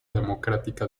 democrática